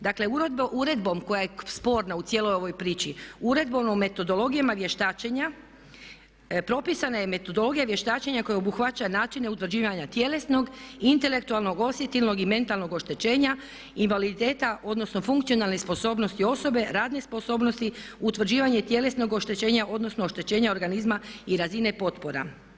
Dakle, uredbom koja je sporna u cijeloj ovoj priči, Uredbom o metodologijama vještačenja propisana je metodologija vještačenja koja obuhvaća načine utvrđivanja tjelesnog, intelektualnog, osjetilnog i mentalnog oštećenja invaliditeta odnosno funkcionalne sposobnosti osobe, radne sposobnosti, utvrđivanje tjelesnog oštećenja odnosno oštećenja organizma i razine potpora.